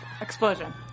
Explosion